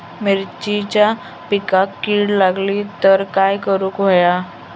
मिरचीच्या पिकांक कीड लागली तर काय करुक होया?